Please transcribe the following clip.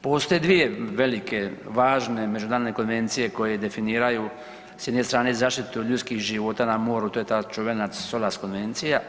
Postoje dvije velike važne međunarodne konvencije koje definiraju sa jedne strane zaštitu ljudskih života na moru, to je ta čuvena Solas konvencija.